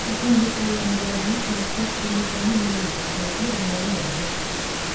तपाईँँले पालन गर्नु आवश्यक कुनै पनि नियमहरूका लागि अनलाइन हेर्नुहोस्